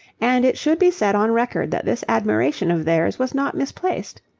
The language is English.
and it should be set on record that this admiration of theirs was not misplaced.